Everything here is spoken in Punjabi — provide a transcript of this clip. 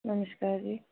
ਨਮਸ਼ਕਾਰ ਜੀ